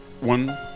one